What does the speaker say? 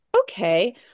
okay